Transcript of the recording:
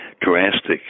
drastic